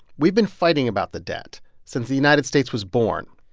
we've been fighting about the debt since the united states was born.